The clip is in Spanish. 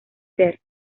ser